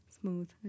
smooth